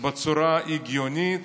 בצורה הגיונית